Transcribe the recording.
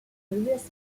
previous